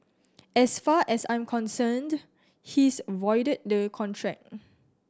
as far as I'm concerned he is voided the contract